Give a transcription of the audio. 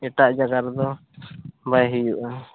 ᱮᱴᱟᱜ ᱡᱟᱭᱜᱟ ᱨᱮᱫᱚ ᱵᱟᱭ ᱦᱩᱭᱩᱜᱼᱟ